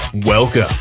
Welcome